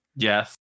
Yes